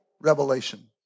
Revelation